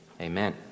amen